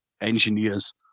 engineers